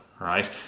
right